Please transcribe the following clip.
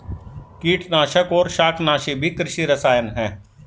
कीटनाशक और शाकनाशी भी कृषि रसायन हैं